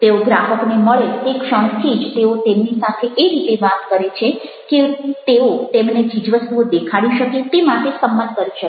તેઓ ગ્રાહકને મળે તે ક્ષણથી જ તેઓ તેમની સાથે એ રીતે વાત કરે છે કે તેઓ તેમને ચીજવસ્તુઓ દેખાડી શકે તે માટે સંમત કરી શકે